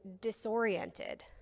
disoriented